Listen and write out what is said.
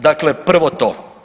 Dakle prvo to.